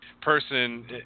person